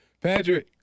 Patrick